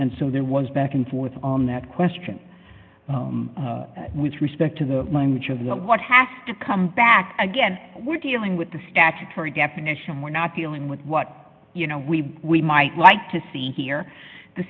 and so there was back and forth on that question with respect to the language of what has to come back again we're dealing with the statutory definition we're not dealing with what you know we we might like to see here the